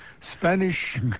Spanish